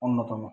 অন্যতম